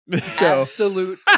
absolute